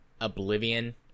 Oblivion